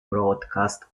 broadcast